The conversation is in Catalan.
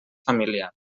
familiar